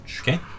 Okay